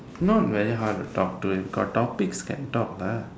not very hard to talk to if got topics can talk lah